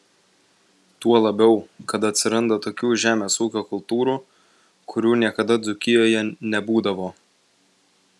tuo labiau kad atsiranda tokių žemės ūkio kultūrų kurių niekada dzūkijoje nebūdavo